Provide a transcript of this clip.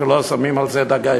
כי לא שמים על זה דגש.